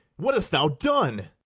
what hast thou done?